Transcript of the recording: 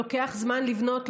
לוקח זמן לבנות,